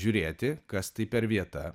žiūrėti kas tai per vieta